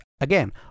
Again